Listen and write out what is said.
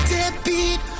Deadbeat